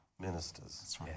ministers